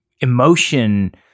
emotion